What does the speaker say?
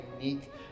unique